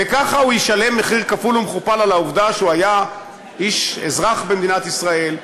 וככה הוא ישלם מחיר כפול ומכופל על העובדה שהוא היה אזרח במדינת ישראל,